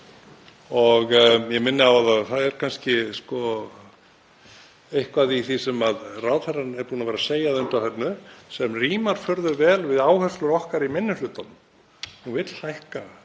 og ég minni á að það er kannski eitthvað í því sem ráðherrann er búinn að vera að segja að undanförnu sem rímar furðuvel við áherslur okkar í minni hlutanum. Hún vill hækka